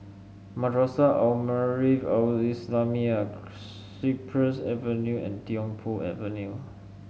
Madrasah Al Maarif Al Islamiah Cypress Avenue and Tiong Poh Avenue